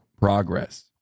progress